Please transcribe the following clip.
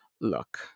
look